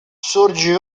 sorge